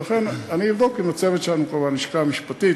ולכן אני אבדוק עם הצוות שלנו פה בלשכה המשפטית,